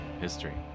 history